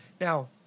Now